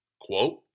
Quote